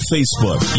Facebook